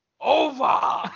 over